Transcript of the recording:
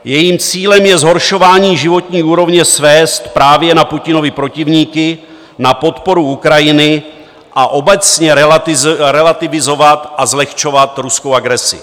Jejím cílem je zhoršování životní úrovně svést právě na Putinovy protivníky, na podporu Ukrajiny a obecně relativizovat a zlehčovat ruskou agresi.